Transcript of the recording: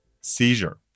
Seizure